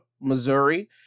Missouri